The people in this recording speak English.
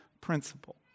principle